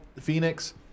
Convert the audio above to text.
Phoenix